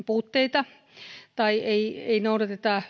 puutteita tai ei ei noudateta